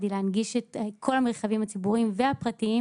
היא להנגיש את כל המרחבים הציבוריים והפרטיים